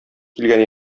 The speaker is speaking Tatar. килгән